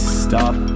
stop